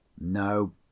No